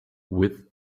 with